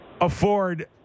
afford